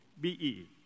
B-E